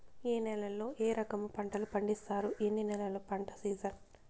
ఏ నేలల్లో ఏ రకము పంటలు పండిస్తారు, ఎన్ని నెలలు పంట సిజన్?